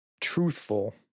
truthful